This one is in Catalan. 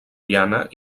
llana